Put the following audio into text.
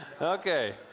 okay